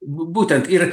būtent ir